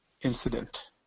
incident